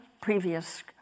previous